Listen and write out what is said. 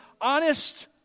honest